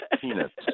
peanuts